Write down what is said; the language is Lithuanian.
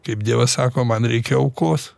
kaip dievas sako man reikia aukos